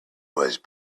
was